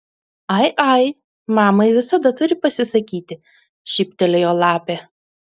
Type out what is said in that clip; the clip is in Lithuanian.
ai ai mamai visada turi pasisakyti šyptelėjo lapė